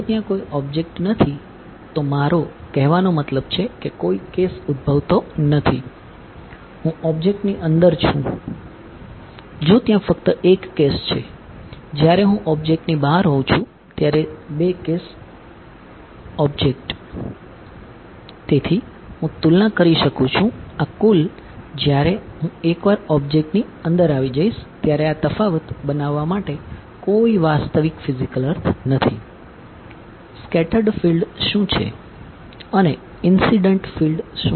જો ત્યાં કોઈ ઑબ્જેક્ટ નથી તો મારો કહેવાનો મતલબ છે કે કોઈ કેસ ઉદભવતો નથી હું ઓબ્જેક્ટ પર પાછા જઈશું